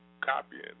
copying